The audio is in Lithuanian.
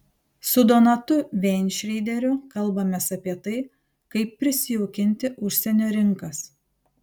su donatu veinšreideriu kalbamės apie tai kaip prisijaukinti užsienio rinkas